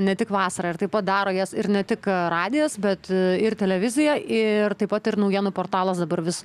ne tik vasarą ir taip daro jas ir ne tik radijas bet ir televizija ir taip pat ir naujienų portalas dabar vis